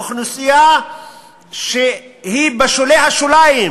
באוכלוסייה שהיא בשולי השוליים,